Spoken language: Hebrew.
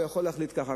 ויכול להחליט ככה.